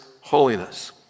holiness